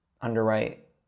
underwrite